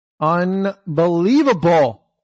Unbelievable